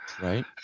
right